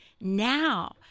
now